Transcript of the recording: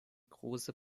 große